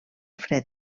fred